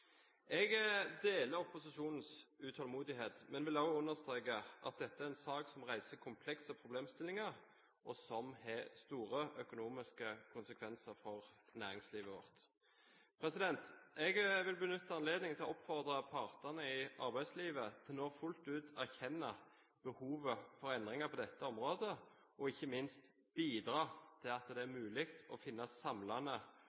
Jeg deler opposisjonens utålmodighet, men vil òg understreke at dette er en sak som reiser komplekse problemstillinger, og som har store økonomiske konsekvenser for næringslivet vårt. Jeg vil benytte anledningen til å oppfordre partene i arbeidslivet til nå fullt ut å erkjenne behovet for endringer på dette området og ikke minst bidra til at det er mulig å finne samlende